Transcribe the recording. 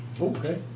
Okay